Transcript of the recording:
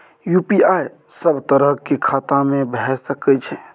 UPI सब तरह के खाता में भय सके छै?